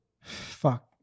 Fuck